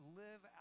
live